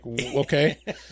okay